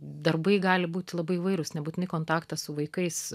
darbai gali būti labai įvairūs nebūtinai kontaktas su vaikais